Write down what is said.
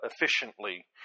efficiently